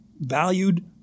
valued